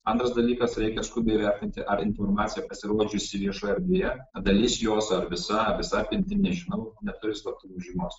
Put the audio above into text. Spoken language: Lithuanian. antras dalykas reikia skubiai įvertinti ar informacija pasirodžiusi viešoje erdvėje ar dalis jos ar visa visa apimtim nežinau neturi slaptųjų žymos